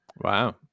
Wow